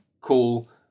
cool